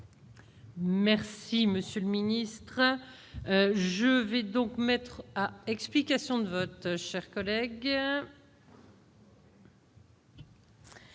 Merci monsieur le ministre a, je vais donc mettre à explications de vote, chers collègues.